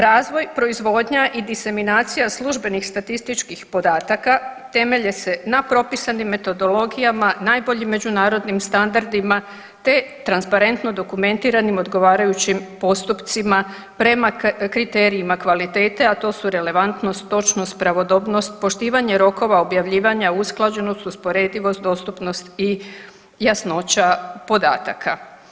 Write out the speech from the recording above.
Razvoj, proizvodnja i diseminacija službenih statističkih podataka temelje se na propisanim metodologijama najboljim međunarodnim standardima te transparentno dokumentiranim odgovarajućim postupcima prema kriterijima kvalitete, a to su relevantnost, točnost, pravodobnost, poštivanje rokova objavljivanja, usklađenost, usporedivost, dostupnost i jasnoća podataka.